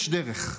יש דרך,